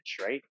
right